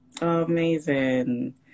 amazing